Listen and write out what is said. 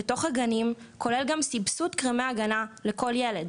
בתוך הגנים כולל סבסוד קרמי ההגנה לכל ילד,